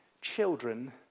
children